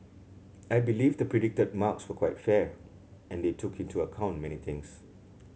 I believe the predicted marks were quite fair and they took into account many things